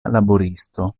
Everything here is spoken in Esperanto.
laboristo